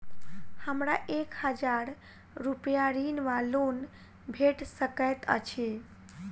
हमरा एक हजार रूपया ऋण वा लोन भेट सकैत अछि?